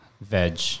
Veg